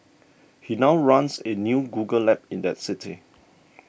he now runs a new Google lab in that city